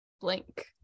blank